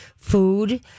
Food